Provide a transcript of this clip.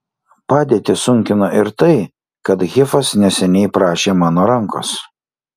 padėtį sunkino ir tai kad hifas neseniai prašė mano rankos